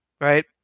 right